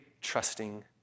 trusting